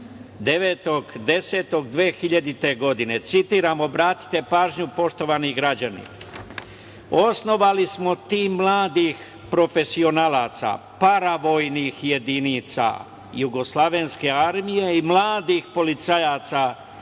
9. oktobra 2000. godine. Citiram, obratite pažnju, poštovani građani: „Osnovali smo tim mladih profesionalaca, paravojnih jedinica Jugoslovenske armije i mladih policajaca